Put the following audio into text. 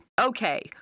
Okay